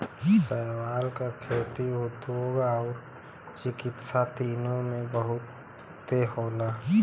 शैवाल क खेती, उद्योग आउर चिकित्सा तीनों में बहुते होला